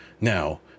Now